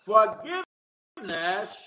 Forgiveness